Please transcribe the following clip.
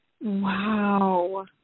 Wow